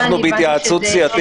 אנחנו בהתייעצות סיעתית,